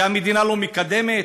שהמדינה לא מקדמת,